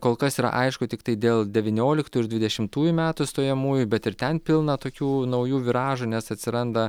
kol kas yra aišku tiktai dėl devynioliktų ir dvidešimtųjų metų stojamųjų bet ir ten pilna tokių naujų viražų nes atsiranda